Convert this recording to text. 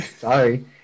sorry